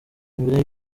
mbere